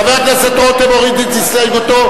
חבר הכנסת רותם מוריד את הסתייגותו.